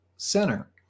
center